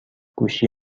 گوشی